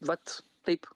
vat taip